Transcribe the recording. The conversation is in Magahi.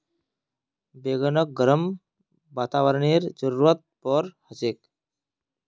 बैगनक गर्म वातावरनेर जरुरत पोर छेक